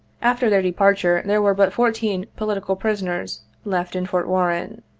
after their departure there were but fourteen political prison ers left in fort warren.